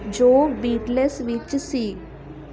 ਜੋ wheat less ਵਿੱਚ ਸੀ